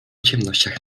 ciemnościach